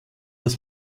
das